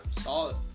Solid